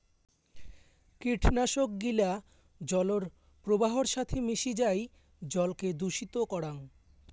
কীটনাশক গিলা জলর প্রবাহর সাথি মিশি যাই জলকে দূষিত করাং